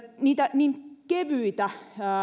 niitä niin kevyitä